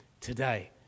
today